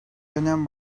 dönem